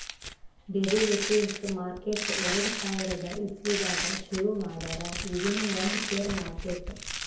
derivatives market ಎರಡ ಸಾವಿರದ್ ಇಸವಿದಾಗ್ ಶುರು ಮಾಡ್ಯಾರ್ ಇದೂನು ಒಂದ್ ಷೇರ್ ಮಾರ್ಕೆಟ್